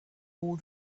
all